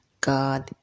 god